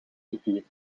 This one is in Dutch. gevierd